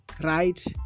Right